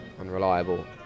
unreliable